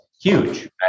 huge